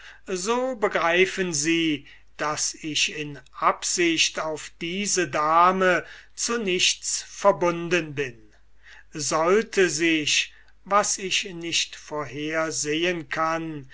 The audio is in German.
so begreifen sie daß ich in absicht auf diese dame zu nichts verbunden bin sollte sich was ich nicht vorhersehen kann